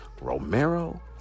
Romero